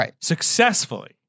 successfully